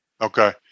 Okay